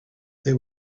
they